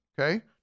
Okay